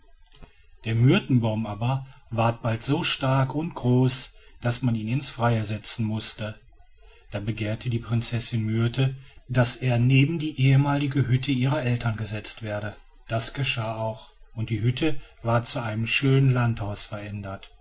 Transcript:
der myrtenbaum aber ward bald so stark und groß daß man ihn ins freie setzen mußte da begehrte die prinzessin myrte daß er neben die ehemalige hütte ihrer eltern gesetzt werde das geschah auch und die hütte ward zu einem schönen landhaus verändert